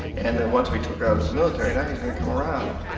and that once we took ah this military, now he's gonna come around.